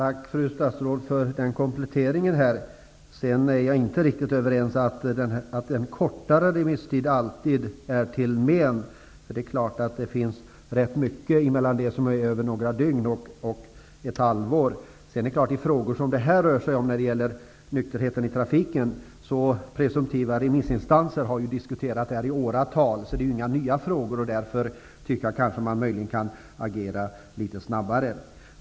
Herr talman! Tack för den kompletteringen, fru statsråd. Jag är inte riktigt överens med fru statsrådet om att en kortare remisstid alltid är till men. Det är stor skillnad mellan några dygn och ett halvår. Frågorna om nykterheten i trafiken har diskuterats i åratal av presumtiva remissinstanser. Det är inga nya frågor. Därför tycker jag att man möjligen kunde agera litet snabbare.